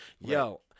Yo